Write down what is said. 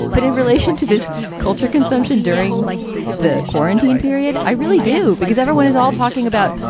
but in relation to this culture, consumption during the quarantine period, i really do, because everyone is all talking about,